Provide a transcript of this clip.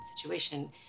situation